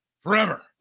Forever